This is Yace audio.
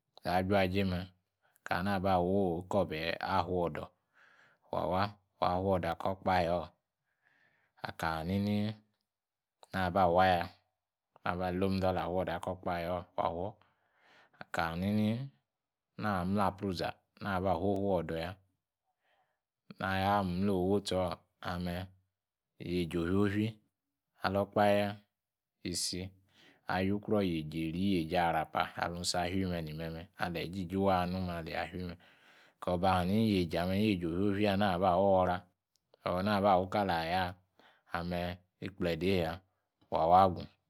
Alior ajuaje me', aka hani naata wi'kobahe ah fuodor, wa wach fuodor akor okpehe or. Aka hanini naba waya haba com windola afuodor aki okpashe or, wa fu. Akalianini naable apruza, na ba fo flodor ya. Naa ya woh ongbochi oor, ame yeji affi alo okpalle ayukruor yeji iri jeji arapa alung afime ni meme'. Aleyit alor meme'. Akова ijiji wa anume ni hanini ni'yeji ame' i yeji ofuafi hani naba ya na ba worra, aka wu kalah ya', ame' ikpledi'ya hlawalgu.